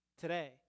today